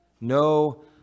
No